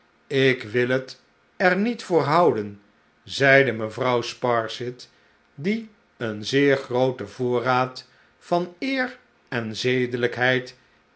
ik wil het er niet voor houden zeide mevrouw sparsit die een zeer grooten voorraad vaneer en